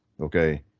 okay